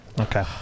Okay